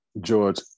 George